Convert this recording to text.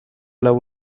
lau